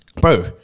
bro